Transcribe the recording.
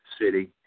city